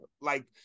Like-